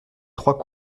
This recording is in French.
trois